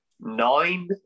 nine